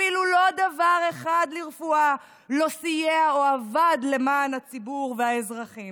אפילו לא דבר אחד לרפואה לא סייע או עבד למען הציבור והאזרחים.